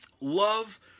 love